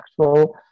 actual